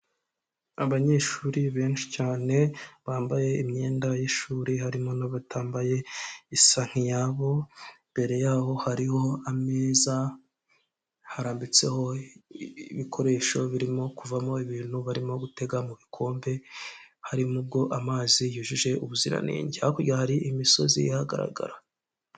Abanyeshuri benshi cyane bambaye imyenda y'ishuri harimo n' nabatambaye isa nk'iyabo imbere yaho hariho ameza harambitseho ibikoresho birimo kuvamo ibintu barimo gutega mu bikombe harimo ubwo amazi yujuje ubuziranenge, hakurya hari imisozi ihagaragarara.